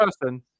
person